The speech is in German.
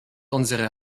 unsere